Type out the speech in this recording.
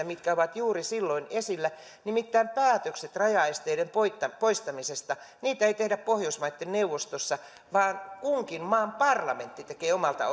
mitkä ovat juuri silloin esillä nimittäin päätöksiä rajaesteiden poistamisesta ei tehdä pohjoismaiden neuvostossa vaan kunkin maan parlamentti tekee omalta